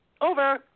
Over